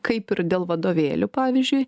kaip ir dėl vadovėlių pavyzdžiui